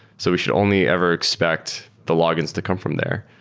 so we should only ever expect the log-ins to come from there.